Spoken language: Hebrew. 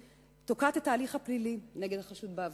היא תוקעת את ההליך הפלילי נגד החשוד בעבירה.